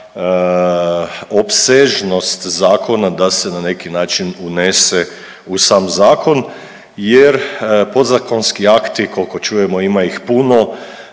opsežnost zakona da se na neki način unese u sam zakon jer podzakonski akti koliko čujemo ima ih puno,